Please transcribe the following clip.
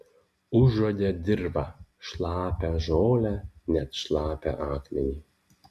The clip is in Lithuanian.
užuodė dirvą šlapią žolę net šlapią akmenį